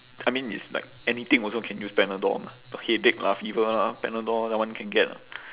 I mean it's like anything also can use panadol mah for headache lah fever lah panadol that one can get lah